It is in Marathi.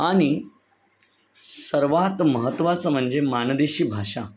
आणि सर्वात महत्त्वाचं म्हणजे माणदेशी भाषा